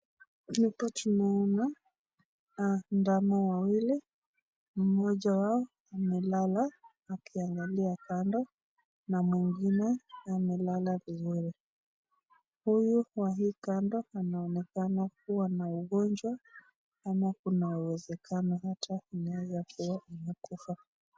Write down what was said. Hapa tunaona ndama wawili, mmoja wao amelala akiangalia kando na mwingine amelala vizuri. Huyu wa hii kando anaonekana kuwa na ugonjwa, ama kuna uwezekano hata inaweza kuwa amekufa.